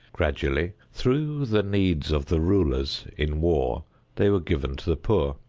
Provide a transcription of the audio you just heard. gradually through the needs of the rulers in war they were given to the poor.